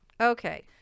okay